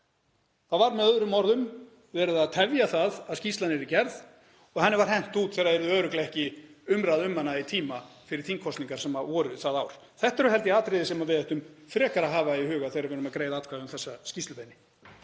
Það var með öðrum orðum verið að tefja það að skýrslan yrði gerð og henni var hent út þegar yrði örugglega ekki umræða um hana í tíma fyrir þingkosningar sem voru það ár. Þetta eru, held ég, atriði sem við ættum frekar að hafa í huga þegar við erum að greiða atkvæði um þessa skýrslubeiðni.